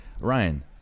ryan